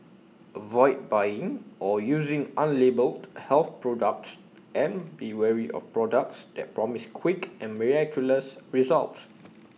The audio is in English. avoid buying or using unlabelled health products and be wary of products that promise quick and miraculous results